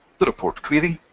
the report query,